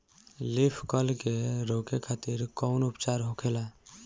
Leaf curl के रोके खातिर कउन उपचार होखेला?